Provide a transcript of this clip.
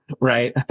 right